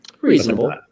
Reasonable